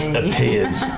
appears